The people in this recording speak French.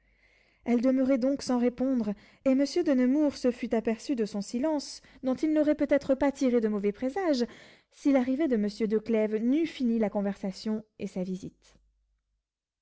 elle demeurait donc sans répondre et monsieur de nemours se fût aperçu de son silence dont il n'aurait peut-être pas tiré de mauvais présages si l'arrivée de monsieur de clèves n'eût fini la conversation et sa visite